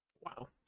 Wow